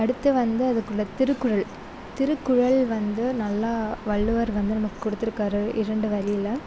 அடுத்து வந்து அதுக்குள்ளே திருக்குறள் திருக்குறள் வந்து நல்லா வள்ளுவர் வந்து நமக்கு கொடுத்துருக்காரு இரண்டு வரியில்